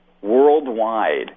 worldwide